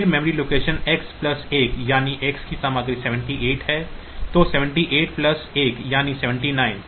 फिर memory location X plus 1 यानी X की सामग्री 78 है तो 78 प्लस 1 यानी 79